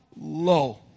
low